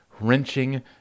wrenching